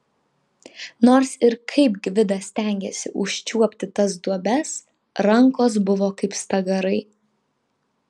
nors ir kaip gvidas stengėsi užčiuopti tas duobes rankos buvo kaip stagarai